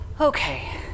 Okay